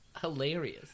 hilarious